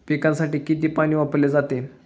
पिकांसाठी किती पाणी वापरले जाते?